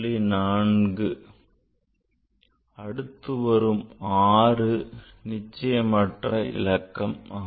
4 அடுத்து வரும் 6 நிச்சயமற்ற இலக்கம் ஆகும்